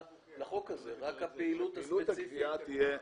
לחוק הזה אלא רק הפעילות הספציפית.